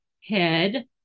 head